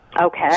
Okay